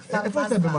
הישיבה.